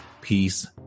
peace